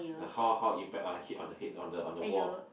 the how how impact on the hit on the head on the on the wall